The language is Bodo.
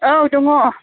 औ दङ